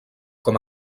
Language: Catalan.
com